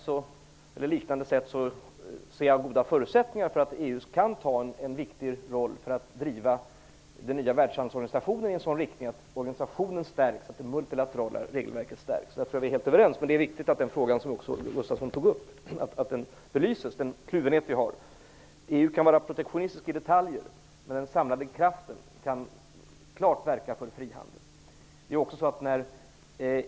På liknande sätt ser jag goda förutsättningar för EU att spela en viktig roll när det gäller att driva den nya världshandelsorganisationen i en sådan riktning att organisationen och det multilaterala regelverket stärks. Där tror jag att vi är helt överens. Det är viktigt att den fråga om kluvenhet som Holger Gustafsson tog upp belyses. EU kan vara protektionistiskt i detaljer, men den samlande kraften kan klart verka för frihandel.